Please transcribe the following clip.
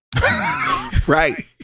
Right